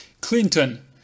Clinton